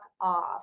off